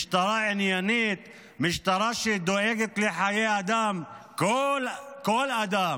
משטרה עניינית, משטרה שדואגת לחיי אדם, כל אדם